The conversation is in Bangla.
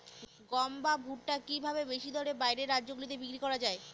গম বা ভুট্ট কি ভাবে বেশি দরে বাইরের রাজ্যগুলিতে বিক্রয় করা য়ায়?